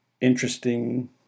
interesting